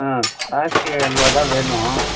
ஆ காசி அல்வா தான் வேணும்